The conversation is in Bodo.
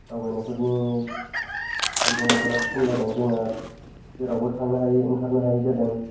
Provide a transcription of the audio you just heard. दावबायनायफोरनि बिबाङा बिराद खम जादों जोंना जेरावबो थांनो हायै ओंखारनो हायै जादों